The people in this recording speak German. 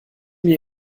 mir